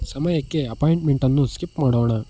ಸಮಯಕ್ಕೆ ಅಪಾಯಿಂಟ್ಮೆಂಟನ್ನು ಸ್ಕಿಪ್ ಮಾಡೋಣ